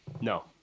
no